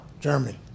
Germany